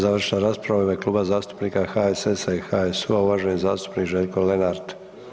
završna rasprava u ime Kluba zastupnika HSS-a i HSU-a uvaženi zastupnik Željko Lenart.